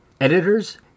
Editors